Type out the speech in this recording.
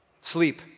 sleep